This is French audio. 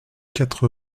quatre